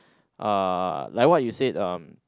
uh like what you said uh